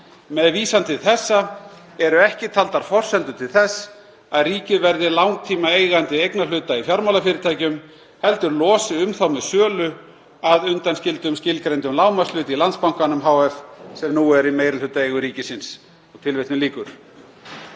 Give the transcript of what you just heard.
Með vísan til þessa eru ekki taldar forsendur til þess að ríkið verði langtímaeigandi eignarhluta í fjármálafyrirtækjum heldur losi um þá með sölu, að undanskildum skilgreindum lágmarkshlut í Landsbankanum hf. sem nú er í meirihlutaeigu ríkisins.“ Á þeim tíma